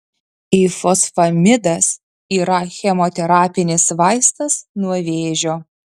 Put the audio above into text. ifosfamidas yra chemoterapinis vaistas nuo vėžio